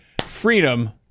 freedom